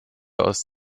aus